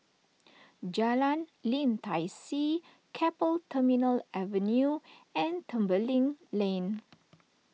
Jalan Lim Tai See Keppel Terminal Avenue and Tembeling Lane